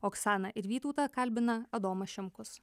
oksaną ir vytautą kalbina adomas šimkus